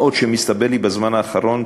מה עוד שמסתבר לי בזמן האחרון,